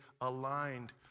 aligned